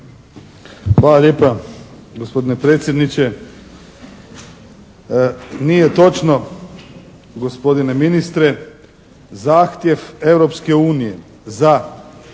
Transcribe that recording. Hvala lijepa gospodine predsjedniče. Nije točno gospodine ministre. Zahtjev Europske unije za